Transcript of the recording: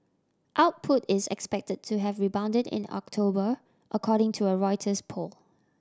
output is expected to have rebounded in October according to a Reuters poll